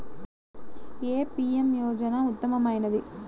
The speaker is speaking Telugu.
ఏ పీ.ఎం యోజన ఉత్తమమైనది?